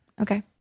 Okay